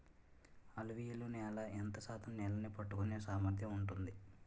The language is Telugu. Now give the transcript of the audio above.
అలువియలు నేల ఎంత శాతం నీళ్ళని పట్టుకొనే సామర్థ్యం ఉంటుంది?